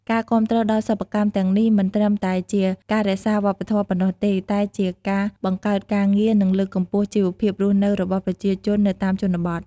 ការគាំទ្រដល់សិប្បកម្មទាំងនេះ មិនត្រឹមតែជាការរក្សាវប្បធម៌ប៉ុណ្ណោះទេ តែជាការបង្កើតការងារ និងលើកកម្ពស់ជីវភាពរស់នៅរបស់ប្រជាជននៅតាមជនបទ។